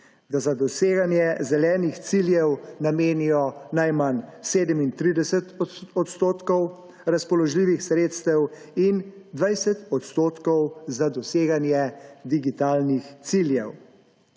da za doseganje zelenih ciljev namenijo najmanj 37 % razpoložljivih sredstev in 20 % za doseganje digitalnih ciljev.